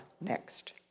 next